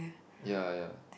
ya ya